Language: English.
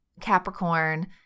Capricorn